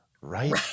Right